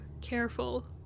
careful